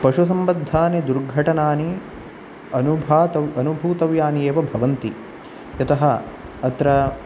पशुसम्बद्धानि दुर्घटनानि अनुभात् अनुभूतव्यानि एव भवन्ति यतः अत्र